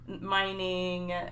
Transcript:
mining